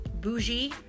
bougie